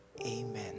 Amen